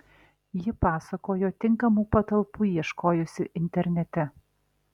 ji pasakojo tinkamų patalpų ieškojusi internete